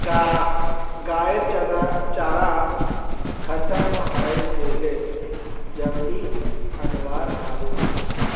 गाइर चारा खत्म हइ गेले जल्दी अनवा ह बे